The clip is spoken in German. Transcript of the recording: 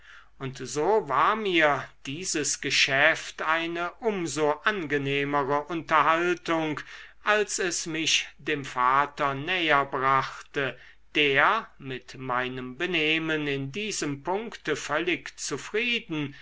und so war mir dieses geschäft eine um so angenehmere unterhaltung als es mich dem vater näher brachte der mit meinem benehmen in diesem punkte völlig zufrieden